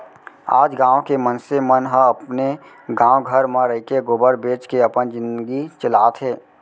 आज गॉँव के मनसे मन ह अपने गॉव घर म रइके गोबर बेंच के अपन जिनगी चलात हें